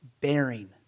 bearing